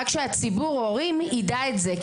רק שציבור ההורים יידע את זה,